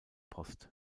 post